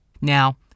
Now